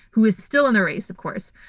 who is still in the race, of course,